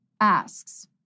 asks